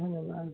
धन्यवाद